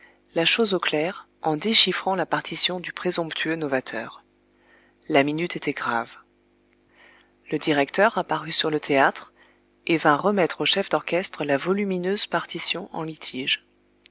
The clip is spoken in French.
la chose au clair en déchiffrant la partition du présomptueux novateur la minute était grave le directeur apparut sur le théâtre et vint remettre au chef d'orchestre la volumineuse partition en litige